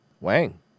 Wang